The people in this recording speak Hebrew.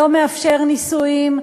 לא מאפשר נישואים,